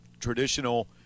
traditional